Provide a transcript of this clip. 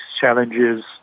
challenges